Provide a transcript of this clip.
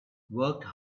worked